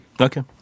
Okay